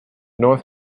north